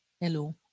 Hello